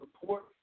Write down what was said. report